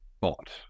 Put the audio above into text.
bot